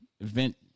event